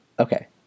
Okay